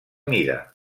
mida